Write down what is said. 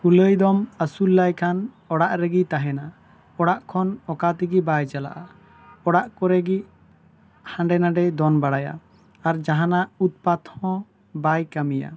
ᱠᱩᱞᱟᱹᱭ ᱫᱚᱢ ᱟᱹᱥᱩᱞ ᱞᱟᱭᱠᱷᱟᱱ ᱚᱲᱟᱜ ᱨᱮᱜᱮᱭ ᱛᱟᱦᱮᱱᱟ ᱚᱲᱟᱜ ᱠᱷᱚᱱ ᱚᱠᱟᱛᱮᱜᱤ ᱵᱟᱭ ᱪᱟᱞᱟᱜᱼᱟ ᱚᱲᱟᱜ ᱠᱚᱨᱮ ᱜᱮ ᱦᱟᱱᱰᱮ ᱱᱷᱟᱰᱮ ᱫᱚᱱ ᱵᱟᱲᱟᱭᱟᱭ ᱟᱨ ᱡᱟᱦᱟᱱᱟᱜ ᱩᱛᱯᱟᱛ ᱦᱚᱸ ᱵᱟᱭ ᱠᱟᱹᱢᱤᱭᱟ